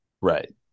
right